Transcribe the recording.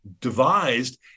devised